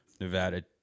Nevada